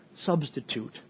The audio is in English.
substitute